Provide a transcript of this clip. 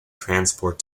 transport